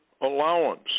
allowance